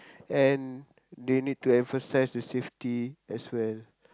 and they need to emphasize the safety as well